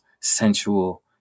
sensual